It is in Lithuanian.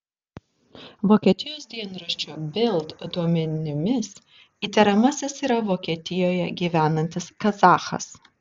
vokietijos dienraščio bild duomenimis įtariamasis yra vokietijoje gyvenantis kazachas